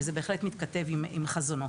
וזה בהחלט מתכתב עם חזונו.